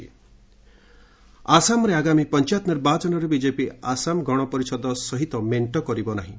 Assam polls ଆସାମରେ ଆଗାମୀ ପଞ୍ଚାୟତ ନିର୍ବାଚନରେ ବିଜେପି ଆସାମ ଗଣପରିଷଦ ସହିତ ମେଣ୍ଟ କରିବ ନାହିଁ